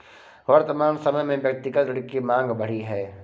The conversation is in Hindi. वर्तमान समय में व्यक्तिगत ऋण की माँग बढ़ी है